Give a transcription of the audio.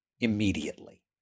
immediately